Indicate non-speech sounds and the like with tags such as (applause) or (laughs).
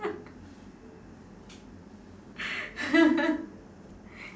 (laughs)